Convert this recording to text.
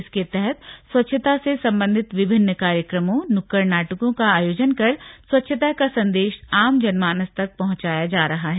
इसके तहत स्वच्छता से संबधित विभिन्न कार्यक्रमों नुक्कड़ नाटकों का आयोजन कर स्वच्छता का संदेश आम जनमानस तक पहुंचाया जा रहा है